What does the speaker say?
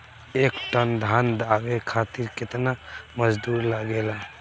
एक टन धान दवावे खातीर केतना मजदुर लागेला?